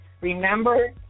remember